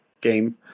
game